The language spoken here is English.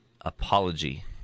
apology